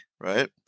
Right